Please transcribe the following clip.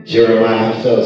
Jeremiah